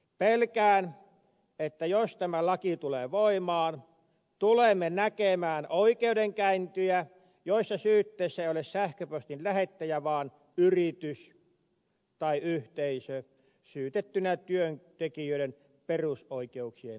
pelkään että jos tämä laki tulee voimaan tulemme näkemään oikeudenkäyntejä joissa syytteessä ei ole sähköpostin lähettäjä vaan yritys tai yhteisö syytettynä työntekijöiden perusoikeuksien loukkaamisesta